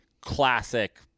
classic